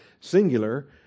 singular